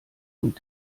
und